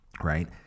right